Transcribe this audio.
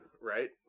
right